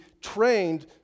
trained